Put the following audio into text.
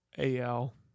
AL